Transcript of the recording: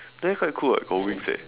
then quite cool [what] got wings eh